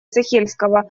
сахельского